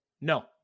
No